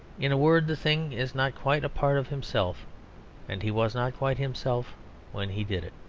in a word, the thing is not quite a part of himself and he was not quite himself when he did it.